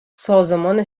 سازمان